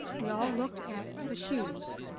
we all looked at the shoes.